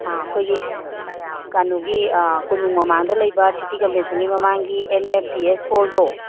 ꯑꯥ ꯑꯩꯈꯣꯏꯒꯤ ꯀꯩꯅꯣꯒꯤ ꯀꯣꯅꯨꯡ ꯃꯃꯥꯡꯗ ꯂꯩꯕ ꯁꯤꯇꯤ ꯗꯟꯕꯦꯟꯁꯟꯒꯤ ꯃꯃꯥꯡꯒꯤ ꯑꯦꯝ ꯑꯦꯐ ꯗꯤ ꯑꯦꯁ ꯍꯣꯜꯗꯣ